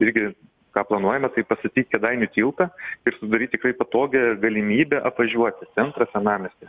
irgi ką planuojame taip pastatyt kėdainių tiltą ir sudaryt tikrai patogią galimybę apvažiuoti centrą senamiestį